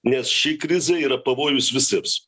nes ši krizė yra pavojus visiems